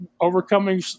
overcoming